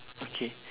okay